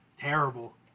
terrible